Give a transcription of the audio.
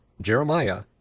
Jeremiah